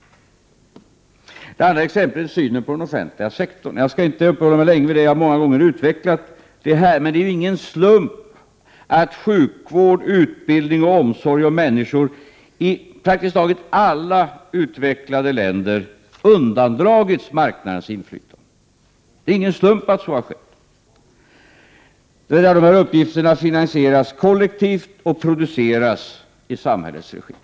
Det andra exemplet gäller synen på den offentliga sektorn. Jag skall inte uppehålla mig länge vid den saken — jag har många gånger tidigare utvecklat den. Men det är ingen slump att sjukvård, utbildning, omsorg om människor i praktiskt taget alla utvecklade länder undandragits marknadens inflytande. Det är inte någon slump att så skett. Uppgifterna finansieras kollektivt och produceras i samhällets regi.